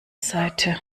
seite